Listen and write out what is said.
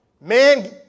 Man